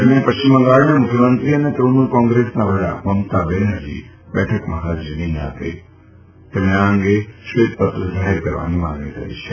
દરમિયાન પશ્ચિમ બંગાળના મુખ્યમંત્રી અને ત્રણમૂલ કોંગ્રેસના વડા મમતા બેનરજીએ બેઠકમાં હાજરી નહીં આપે તેમ જણાવી આ અંગે શ્વેતપત્ર જાહેર કરવાની માગણી કરી છે